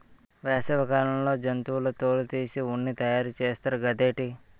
వేసవి కాలంలో జంతువుల తోలు తీసి ఉన్ని తయారు చేస్తారు గదేటి